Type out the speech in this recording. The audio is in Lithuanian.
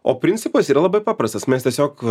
o principas yra labai paprastas mes tiesiog